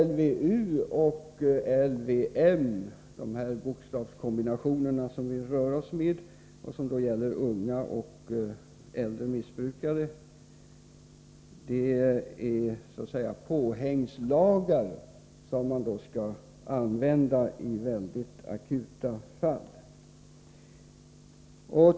LVU och LVM -— de här bokstavskombinationerna som vi rör oss med och som bl.a. avser bestämmelser i fråga om unga och äldre missbrukare — är så att säga påhängslagar som skall tillämpas i synnerligen akuta och svåra fall.